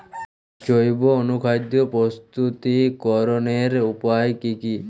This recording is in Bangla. জৈব অনুখাদ্য প্রস্তুতিকরনের উপায় কী কী?